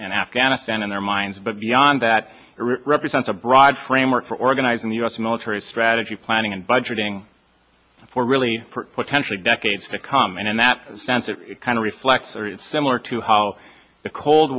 and afghanistan in their minds but beyond that it represents a broad framework for organizing the us military strategy planning and budgeting for really potentially decades to come and in that sense it kind of reflects or it's similar to how the cold